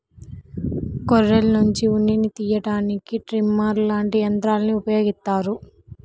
గొర్రెల్నుంచి ఉన్నిని తియ్యడానికి ట్రిమ్మర్ లాంటి యంత్రాల్ని ఉపయోగిత్తారు